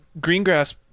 Greengrass